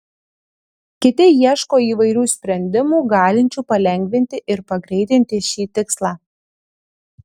kiti ieško įvairių sprendimų galinčių palengvinti ir pagreitinti šį tikslą